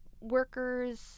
workers